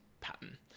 pattern